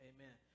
Amen